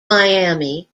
miami